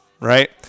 right